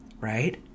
right